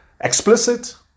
Explicit